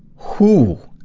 who,